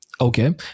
Okay